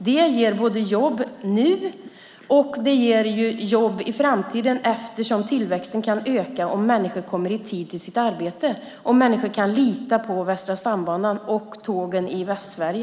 Det ger jobb både nu och i framtiden eftersom tillväxten kan öka om människor kommer i tid till sitt arbete, om de kan lita på Västra stambanan och tågen i Västsverige.